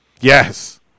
Yes